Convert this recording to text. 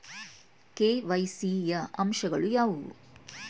KYC ಯ ಅಂಶಗಳು ಯಾವುವು?